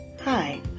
Hi